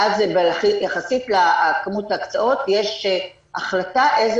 ואז יחסית לכמות ההקצאות יש החלטה איזה